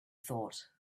thought